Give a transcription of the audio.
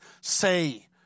say